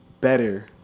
better